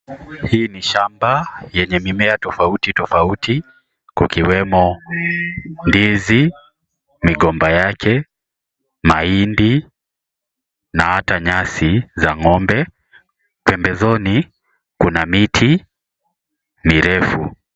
Hii ni shamba yenye mimea tofauti tofauti. Kukiwemo ndizi, migomba yake, mahindi na hata nyasi za ng'ombe. Pembezoni kuna miti mirefu.